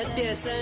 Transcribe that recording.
this and